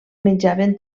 menjaven